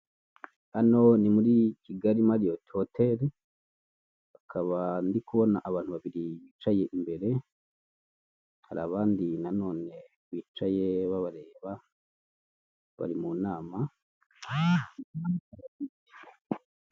Hano ni muri Kigali mariote hotel nkaba ndikubona abantu babiri bicaye imbere, hari abandi nanone bicaye babareba bari mu nama.